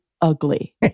Ugly